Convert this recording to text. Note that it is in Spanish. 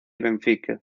benfica